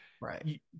right